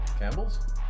Campbell's